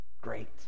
great